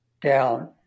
down